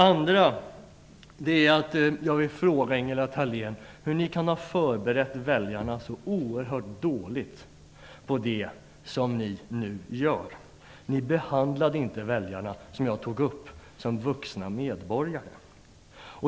För det andra: Hur kunde ni förbereda väljarna så oerhört dåligt på det som ni nu gör? Som jag tidigare tog upp behandlade ni inte väljarna som vuxna medborgare.